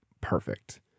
perfect